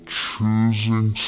choosing